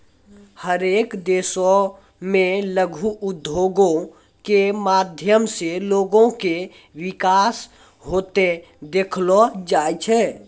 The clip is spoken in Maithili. हरेक देशो मे लघु उद्योगो के माध्यम से लोगो के विकास होते देखलो जाय छै